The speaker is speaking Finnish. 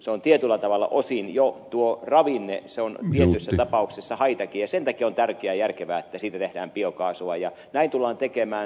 se on tietyllä tavalla osin jo tuo ravinne tietyissä tapauksissa haitta ja sen takia on tärkeää ja järkevää että siitä tehdään biokaasua ja näin tullaan tekemään